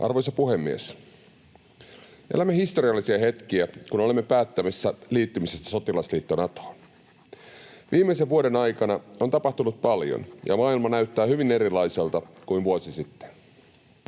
Arvoisa puhemies! Elämme historiallisia hetkiä, kun olemme päättämässä liittymisestä sotilasliitto Natoon. Viimeisen vuoden aikana on tapahtunut paljon, ja maailma näyttää hyvin erilaiselta kuin vuosi sitten.